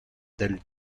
del